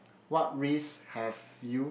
what risk have you